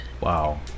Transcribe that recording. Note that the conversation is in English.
Wow